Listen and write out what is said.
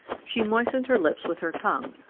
she moistened her lips with her tongue,